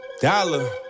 Dollar